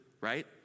right